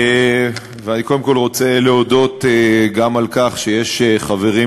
אני קודם כול רוצה להודות גם על כך שיש חברים